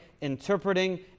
interpreting